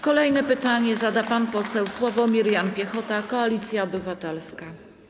Kolejne pytanie zada pan poseł Sławomir Jan Piechota, Koalicja Obywatelska.